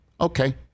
okay